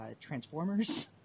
Transformers